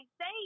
say